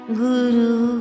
guru